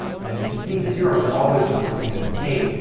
and you can see the zeros are always when something has been paid.